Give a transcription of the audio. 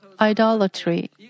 idolatry